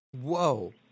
Whoa